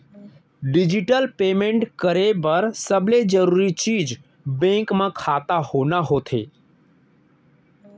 digital payment करे बर सबले जरूरी चीज बेंक म खाता होना होथे